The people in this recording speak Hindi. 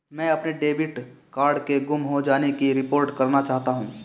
मैं अपने डेबिट कार्ड के गुम हो जाने की रिपोर्ट करना चाहता हूँ